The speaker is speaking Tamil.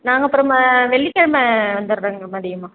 நாங்கள் அப்புறம் ம வெள்ளிக்கிழம வந்துடுறேங்க மதியமாக